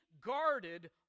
guarded